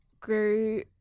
grew